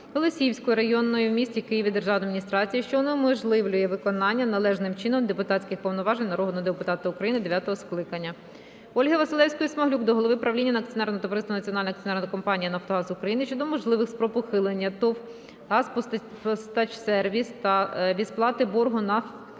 Голосіївською районною в місті Києві державною адміністрацією, що унеможливлює виконання належним чином депутатських повноважень народного депутата України дев'ятого скликання. Ольги Василевської-Смаглюк до голови правління акціонерного товариства "Національної акціонерної компанії "Нафтогаз України" щодо можливих спроб ухилення ТОВ "Газпостачсервіс" від сплати боргу НАК